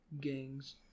gangs